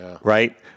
Right